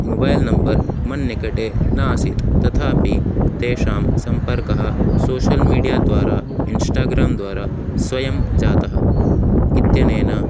mobile number मन्निकटे न आसीत् तथापि तेषां सम्पर्कः सोशल् मीडियाद्वारा इन्ष्टाग्रांद्वारा स्वयं जातः इत्यनेन